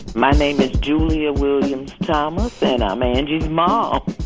my name is julia williams um and um and you smile